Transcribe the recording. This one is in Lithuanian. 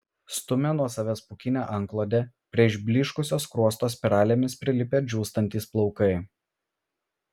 stumia nuo savęs pūkinę antklodę prie išblyškusio skruosto spiralėmis prilipę džiūstantys plaukai